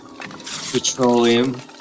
Petroleum